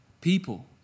people